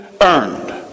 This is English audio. earned